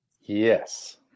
Yes